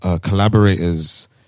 collaborators